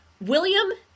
William